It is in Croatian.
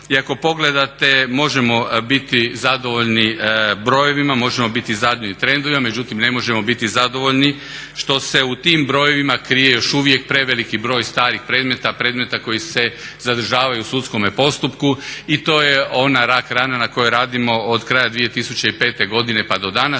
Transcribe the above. i ako pogledate možemo biti zadovoljni brojevima, možemo biti zadovoljni trendovima, međutim ne možemo biti zadovoljni što se u tim brojevima krije još uvijek preveliki broj starih predmeta, predmeta koji se zadržavaju u sudskom postupku i to je ona rak rana na kojoj radimo od kraja 2005. godine pa do danas.